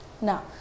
now